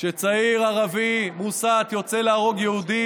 כשצעיר ערבי מוסת רוצה להרוג יהודי,